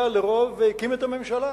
לרוב והקים את הממשלה.